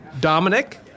Dominic